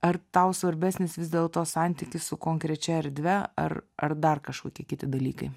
ar tau svarbesnis vis dėlto santykis su konkrečia erdve ar ar dar kažkokie kiti dalykai